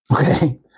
Okay